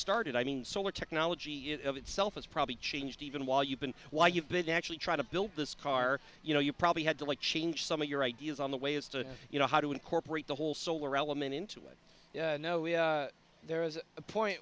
started i mean solar technology itself has probably changed even while you've been why you've been actually trying to build this car you know you probably had to like change some of your ideas on the way as to you know how to incorporate the whole solar element into it knowing there was a point